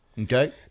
Okay